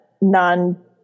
non